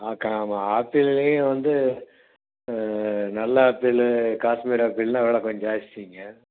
ஆ கா ஆமாம் ஆப்பிள்லையே வந்து நல்ல ஆப்பிள் காஷ்மீர் ஆப்பிளெலாம் வெலை கொஞ்சம் ஜாஸ்திங்க